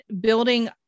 building